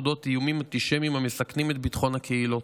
אודות איומים אנטישמיים המסכנים את ביטחון הקהילות.